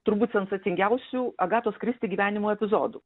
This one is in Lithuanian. turbūt sensacingiausių agatos kristi gyvenimo epizodų